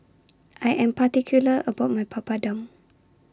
I Am particular about My Papadum